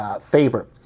favor